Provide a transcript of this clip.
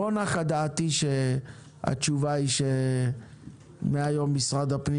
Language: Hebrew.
לא נחה דעתי מכך שהתשובה היא שמהיום משרד הפנים